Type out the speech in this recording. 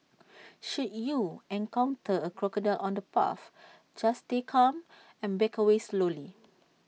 should you encounter A crocodile on the path just stay calm and back away slowly